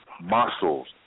muscles